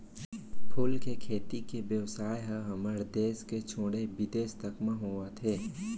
फूल के खेती के बेवसाय ह हमर देस के छोड़े बिदेस तक म होवत हे